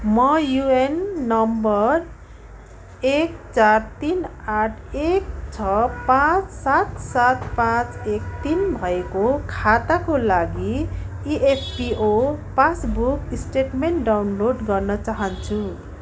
म युएन नम्बर एक चार तिन आठ एक छ पाँच सात सात पाँच एक तिन भएको खाताको लागि E F P O passbook statement download गर्न चाहन्छु